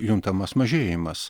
juntamas mažėjimas